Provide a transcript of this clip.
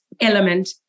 element